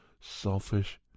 selfish